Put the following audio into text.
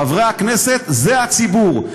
חברי הכנסת, זה הציבור.